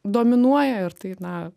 dominuoja ir tai na